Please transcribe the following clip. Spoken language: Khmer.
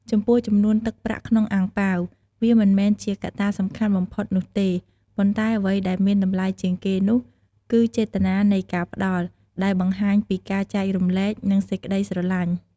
ចំពោះចំនួនទឹកប្រាក់ក្នុងអាំងប៉ាវ វាមិនមែនជាកត្តាសំខាន់បំផុតនោះទេ ប៉ុន្តែអ្វីដែលមានតម្លៃជាងគេនោះគឺចេតនានៃការផ្តល់ ដែលបង្ហាញពីការចែករំលែក និងសេចកក្តីស្រឡាញ់។